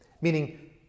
meaning